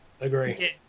Agree